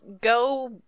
go